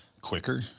quicker